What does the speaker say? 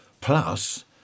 Plus